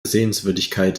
sehenswürdigkeit